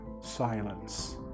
silence